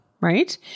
Right